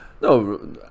no